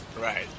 Right